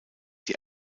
die